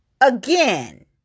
Again